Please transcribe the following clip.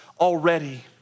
already